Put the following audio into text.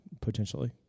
potentially